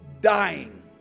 dying